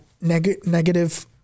negative